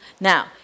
Now